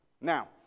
Now